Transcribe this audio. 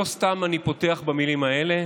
לא סתם אני פותח במילים האלה.